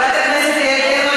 חברת הכנסת יעל גרמן,